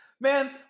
Man